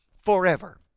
forever